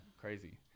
crazy